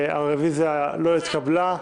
הרביזיה לא התקבלה.